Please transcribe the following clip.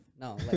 no